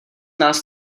nás